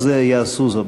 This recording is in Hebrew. אז יעשו זאת.